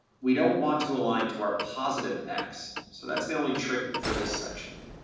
we don't want to align to our positive x. so that's the only trick for this section.